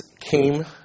came